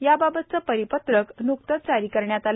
याबाबतचं परिपत्रक न्कतंच जारी करण्यात आलं